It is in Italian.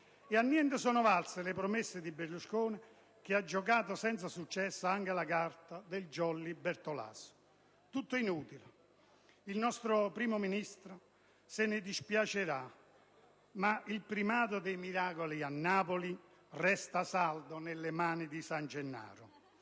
e annulla sono valse le promesse di Berlusconi, che ha giocato, senza successo, anche la carta del *jolly* Bertolaso. Tutto inutile: il nostro primo Ministro se ne dispiacerà, ma il primato dei miracoli a Napoli resta saldo nelle mani di San Gennaro.